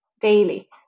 daily